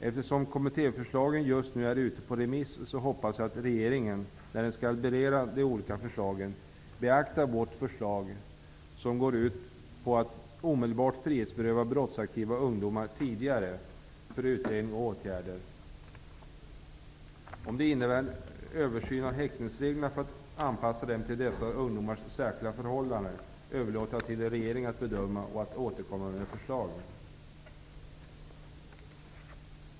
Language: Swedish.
Eftersom kommittéförslagen just nu är ute på remiss hoppas jag att regeringen, när den skall bereda de olika förslagen, beaktar vårt förslag som går ut på att man i ett tidigare skede skall kunna omedelbart frihetsberöva brottsaktiva ungdomar för utredning och åtgärder. Om det innebär att man måste göra en översyn av häktningsreglerna för att anpassa dem till dessa ungdomars särskilda förhållanden, överlåter jag till regeringen att bedöma och att återkomma med förslag om.